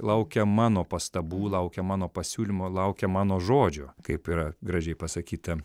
laukia mano pastabų laukia mano pasiūlymo laukia mano žodžio kaip yra gražiai pasakyta